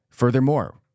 Furthermore